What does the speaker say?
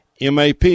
MAP